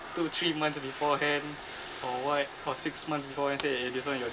two three months beforehand or what or six months beforehand say eh this [one] your